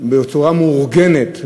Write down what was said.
בצורה מאורגנת,